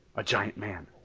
a giant man.